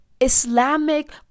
Islamic